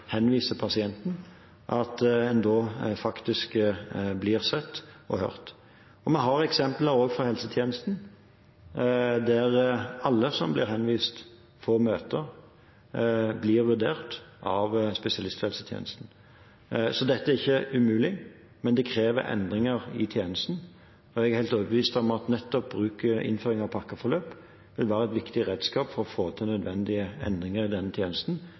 faktisk blir sett og hørt. Vi har også eksempler fra helsetjenesten der alle som blir henvist, får møte og blir vurdert av spesialisthelsetjenesten. Så dette er ikke umulig, men det krever endringer i tjenesten. Jeg er helt overbevist om at nettopp innføring av pakkeforløp vil være et viktig redskap for å få til nødvendige endringer i denne tjenesten,